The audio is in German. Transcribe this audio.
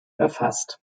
erfasst